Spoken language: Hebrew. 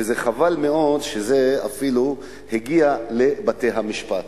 וחבל מאוד שזה אפילו הגיע לבתי-המשפט.